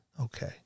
Okay